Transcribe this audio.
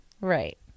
Right